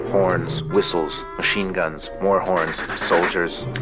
horns, whistles, machine guns, more horns, soldiers,